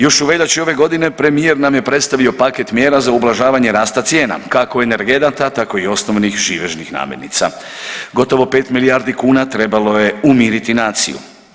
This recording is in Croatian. Još u veljači ove godine premijer nam je predstavio paket mjera za ublažavanje rasta cijena, kako energenata tako i osnovnih živežnih namirnica gotovo 5 milijardi kuna trebalo je umiriti naciju.